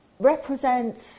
represents